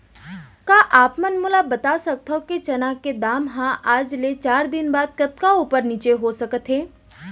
का आप मन मोला बता सकथव कि चना के दाम हा आज ले चार दिन बाद कतका ऊपर नीचे हो सकथे?